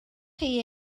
chi